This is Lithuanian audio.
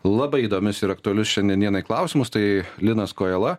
labai įdomius ir aktualius šiandien dienai klausimus tai linas kojala